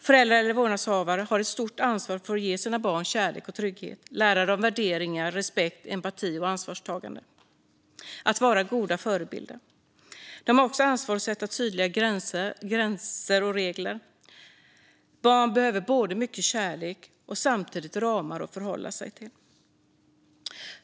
Föräldrar eller vårdnadshavare har ett stort ansvar att ge sina barn kärlek och trygghet samt lära dem värderingar, respekt, empati och ansvarstagande - att vara goda förebilder. De har också ansvar att sätta tydliga gränser och regler. Barn behöver mycket kärlek och samtidigt ramar att förhålla sig till.